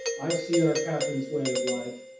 i see our captain's way of life!